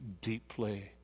deeply